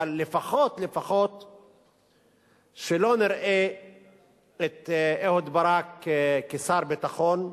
אבל לפחות שלא נראה את אהוד ברק כשר ביטחון,